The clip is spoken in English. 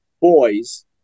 boys